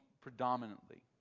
predominantly